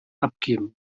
abgeben